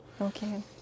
Okay